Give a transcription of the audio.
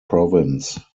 province